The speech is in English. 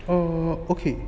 err okay